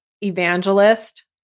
evangelist